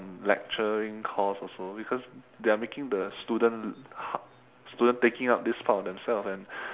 in lecturing cost also because they are making the student ha~ student taking up this part on themselves and